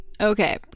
Okay